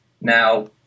Now